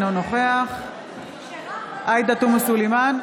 אינו נוכח עאידה תומא סלימאן,